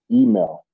email